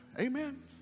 amen